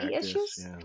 issues